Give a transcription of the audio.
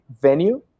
venue